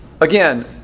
again